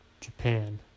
Japan